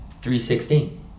316